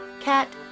Cat